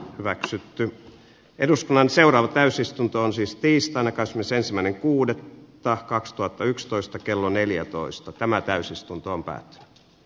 hyväksytty eduskunnan seuraava täysistunto on siis tiistaina kun se liikennepolitiikkaan niin että etyjillä todella olisi merkitystä myös käytännössä